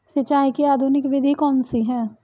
सिंचाई की आधुनिक विधि कौन सी है?